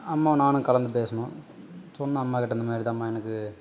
அம்மாவும் நானும் கலந்து பேசுனோம் சொன்னேன் அம்மாக்கிட்ட இந்தமாதிரிதாம்மா எனக்கு